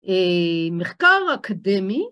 מחקר אקדמי